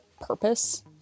purpose